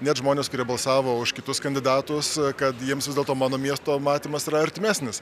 net žmonės kurie balsavo už kitus kandidatus kad jiems vis dėlto mano miesto matymas yra artimesnis